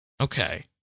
Okay